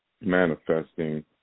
manifesting